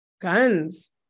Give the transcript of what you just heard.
Guns